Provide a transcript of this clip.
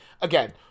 again